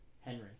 Henry